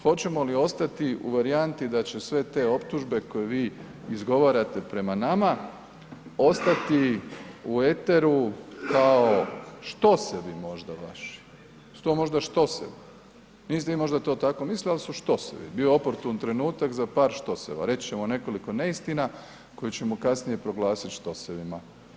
Hoćemo li ostati u varijanti da će sve optužbe koje vi izgovarate prema nama ostati u eteru kao štosevi možda vaši, su to možda štosevi, niste vi možda to tako mislili ali su štosevi, bio je oportun trenutak za par štoseva, reći ćemo nekoliko neistina koje ćemo kasnije proglasiti štosevima.